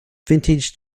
vintage